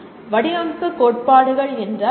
"வடிவமைப்பு கோட்பாடுகள்" என்றால் என்ன